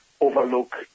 overlook